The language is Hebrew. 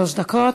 שלוש דקות.